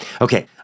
Okay